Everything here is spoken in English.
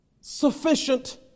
sufficient